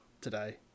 today